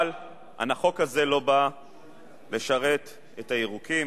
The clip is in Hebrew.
אבל החוק הזה לא בא לשרת את הירוקים